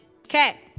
Okay